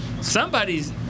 somebody's –